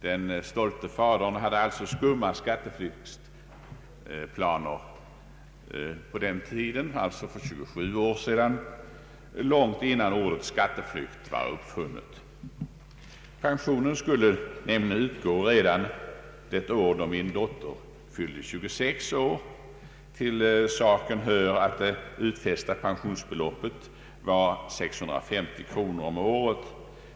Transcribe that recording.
Den stolte fadern hade alltså, tycks man mena, skumma planer på skatteflykt redan för 27 år sedan, långt innan ordet skatteflykt var uppfunnet. Pensionsförsäkringen skulle nämligen börja utgå redan fr.o.m. det år då min dotter fyllde 26 år. Till saken hör att det utfästa pensionsbeloppet endast var 650 kronor om året.